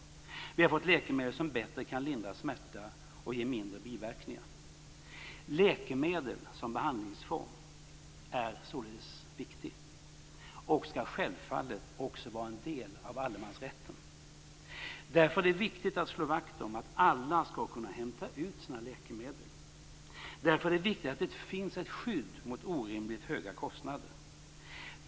Vi har fått läkemedel som bättre kan lindra smärta och som ger mindre biverkningar. Läkemedel som behandlingsform är således viktig och skall självfallet också vara en del av allemansrätten. Därför är det viktigt att slå vakt om att alla skall kunna hämta ut sina läkemedel. Därför är det viktigt att det finns ett skydd mot orimligt höga kostnader.